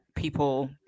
people